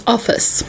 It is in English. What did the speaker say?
Office